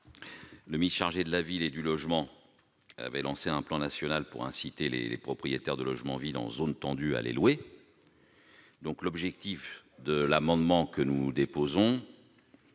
ministre chargé de la ville et du logement, avait lancé un plan national pour inciter les propriétaires de logements vides en zones tendues à les louer. L'objet de cet amendement est de